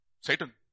Satan